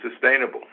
sustainable